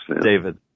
David